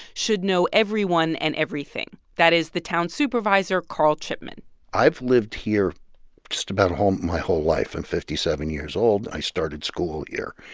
should know everyone and everything. that is the town supervisor, carl chipman i've lived here just about um my whole life. i'm and fifty seven years old. i started school here.